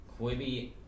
Quibi